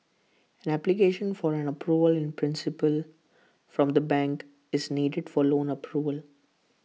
an application for an approval in principle from the bank is needed for loan approval